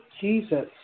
Jesus